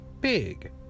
big